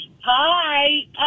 Hi